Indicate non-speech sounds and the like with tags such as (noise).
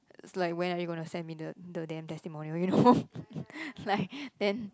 it's like when are you gonna send me the the damn testimonial you know (laughs) it's like then